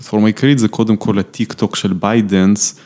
זה קודם כל הטיק טוק של ביידנס.